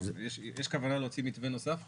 יש כוונה להוציא מתווה נוסף עכשיו?